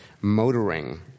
motoring